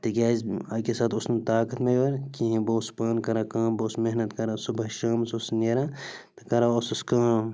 تِکیٛازِ اَکی ساتہٕ اوس نہٕ طاقت مےٚ یوٚرٕ کِہیٖنۍ بہٕ اوسُس پانہٕ کران کٲم بہٕ اوسُس محنت کران صُبحَس شامَس اوسُس نیران تہٕ کران اوسُس کٲم